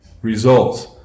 results